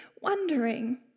wondering